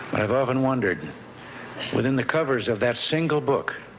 i've often wondered within the covers of that single book,